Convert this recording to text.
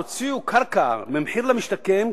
והוציאו קרקע במחיר למשתכן,